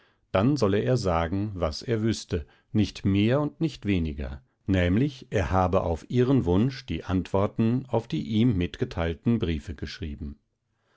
dann solle er sagen was er wüßte nicht mehr und nicht weniger nämlich er habe auf ihren wunsch die antworten auf die ihm mitgeteilten briefe geschrieben